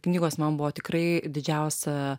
knygos man buvo tikrai didžiausia